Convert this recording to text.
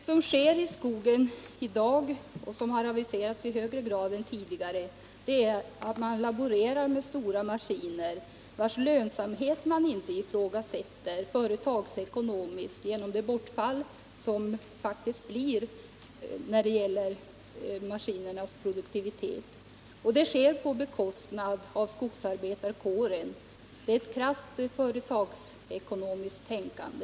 Herr talman! Det som sker i skogen i dag är att man i högre grad än tidigare laborerar med stora maskiner, vilkas företagsekonomiska lönsamhet man inte ifrågasätter. Det finns skäl att göra det genom det bortfall som uppstår. Detta sker på bekostnad av skogsarbetarkåren. Det är ett krasst företagsekonomiskt tänkande.